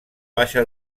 baixa